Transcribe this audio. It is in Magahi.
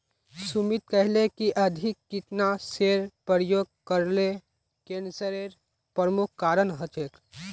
सुमित कहले कि अधिक कीटनाशेर प्रयोग करले कैंसरेर प्रमुख कारण हछेक